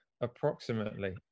approximately